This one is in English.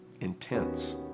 intense